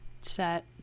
set